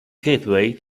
gateway